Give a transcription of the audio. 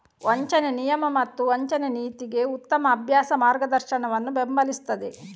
ವಂಚನೆ ನಿಯಮ ಮತ್ತು ವಂಚನೆ ನೀತಿಗೆ ಉತ್ತಮ ಅಭ್ಯಾಸ ಮಾರ್ಗದರ್ಶನವನ್ನು ಬೆಂಬಲಿಸುತ್ತದೆ